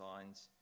signs